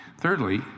Thirdly